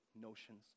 notions